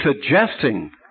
suggesting